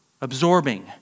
absorbing